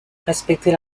respecter